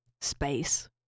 space